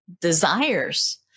desires